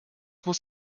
muss